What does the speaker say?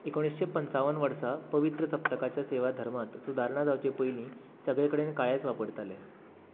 एकुणिश्शें पंचावन वर्सा पवित्र सप्तकाच्या सेवाधर्मांत सुदारणां जावचें पयलीं सगळेंकडेन काळेंच वापरतालें